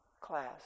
class